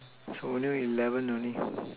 so only eleven only